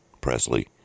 Presley